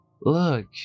Look